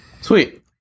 Sweet